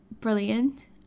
brilliant